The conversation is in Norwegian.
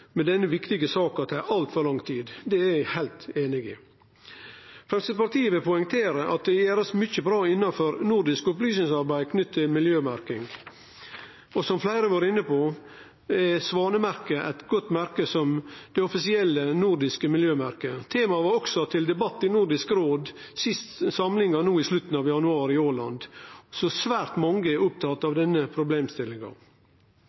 denne viktige saka tar altfor lang tid. Det er eg heilt einig i. Framstegspartiet vil poengtere at det blir gjort mykje bra innanfor nordisk opplysingsarbeid knytt til miljømerking. Som fleire har vore inne på, er Svanemerket eit godt merke og er det offisielle nordiske miljømerket. Temaet var også til debatt i den siste samlinga i Nordisk råd i slutten av januar – i Åland. Svært mange er opptatt